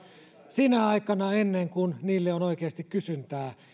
sinä aikana ennen kuin niille on oikeasti kysyntää